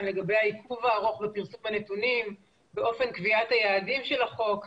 לגבי העיכוב הארוך בפרסום הנתונים ואופן קביעת היעדים של החוק.